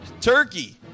turkey